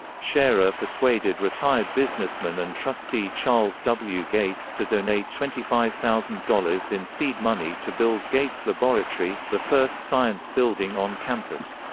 scherer persuaded retired businessman and trustee charles w. gates to donate twenty five thousand dollars in seed money to build gates laboratory, the first science building on campus.